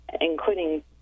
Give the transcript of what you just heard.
including